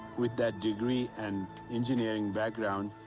with that degree and engineering background,